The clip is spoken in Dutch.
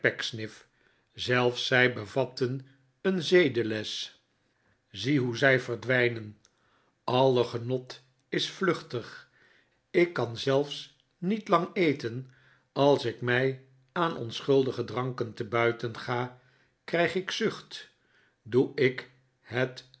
zelfs zij bevatten een zedenles zie hoe zij verdwijnen alle genot is vluchtig ik kan zelfs niet lang eten als ik mij aan onschuldige dranken te buiten ga krijg ik zucht doe ik het